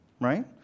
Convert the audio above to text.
right